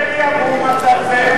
אם שתיהן יעברו מה תעשה?